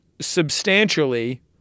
substantially